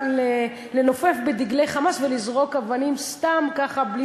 לנופף בדגלי "חמאס" ולזרוק אבנים סתם ככה בלי